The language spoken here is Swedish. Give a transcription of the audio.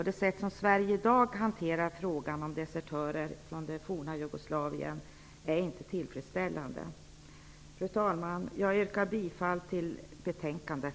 Det sätt som Sverige i dag hanterar frågan om desertörer från det forna Jugoslavien är inte tillfredsställande. Fru talman! Jag yrkar bifall till utskottets hemställan i betänkandet.